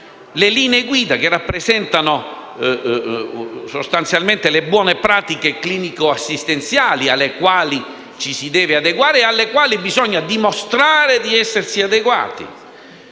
alle linee guida, che rappresentano sostanzialmente le buone pratiche clinico-assistenziali alle quali ci si deve adeguare e alle quali bisogna dimostrare di essersi adeguati,